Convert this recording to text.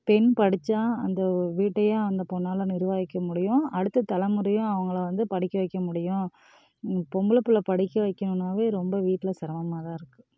பெண் படித்தா அந்த வீட்டையே அந்த பெண்ணால நிர்வகிக்க முடியும் அடுத்த தலைமுறையும் அவங்கள வந்து படிக்க வைக்க முடியும் பொம்பளை பிள்ள படிக்க வைக்கணுன்னாலே ரொம்ப வீட்டில் சிரமமாக தான் இருக்குது